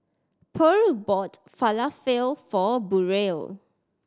Purl bought Falafel for Burrell